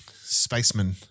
spacemen